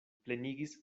plenigis